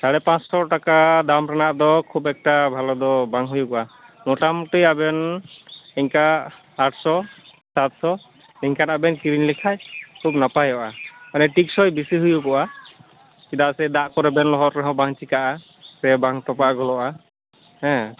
ᱥᱟᱲᱮᱯᱟᱸᱪᱥᱳ ᱴᱟᱠᱟ ᱫᱟᱢ ᱨᱮᱱᱟᱜ ᱫᱚ ᱠᱷᱩᱵ ᱮᱠᱴᱟ ᱵᱷᱟᱞᱮ ᱫᱚ ᱵᱟᱝ ᱦᱩᱭᱩᱜᱼᱟ ᱢᱚᱴᱟᱢᱩᱴᱤ ᱟᱵᱮᱱ ᱤᱱᱠᱟ ᱟᱴᱥᱳ ᱥᱟᱛᱥᱳ ᱮᱱᱠᱟᱱᱟᱜ ᱵᱮᱱ ᱠᱤᱨᱤᱧ ᱞᱮᱠᱷᱟᱱ ᱠᱷᱩᱵ ᱱᱟᱯᱟᱭᱚᱜᱼᱟ ᱢᱟᱱᱮ ᱴᱤᱠᱥᱚᱭ ᱵᱮᱥᱤ ᱦᱩᱭᱩᱜᱚᱜᱼᱟ ᱪᱮᱫᱟᱜ ᱥᱮ ᱫᱟᱜ ᱠᱚᱨᱮ ᱵᱚ ᱞᱚᱦᱚᱜ ᱞᱮᱠᱷᱟᱱ ᱵᱟᱝ ᱪᱮᱠᱟᱜᱼᱟ ᱥᱮ ᱵᱟᱝ ᱛᱚᱯᱟᱜᱚᱜᱼᱟ ᱦᱮᱸ